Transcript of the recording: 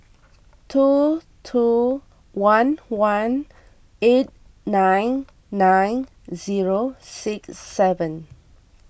two two one one eight nine nine zero six seven